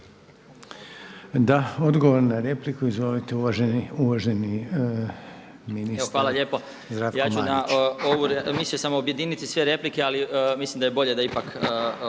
Odgovor na repliku. Izvolite uvaženi ministre.